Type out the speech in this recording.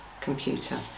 computer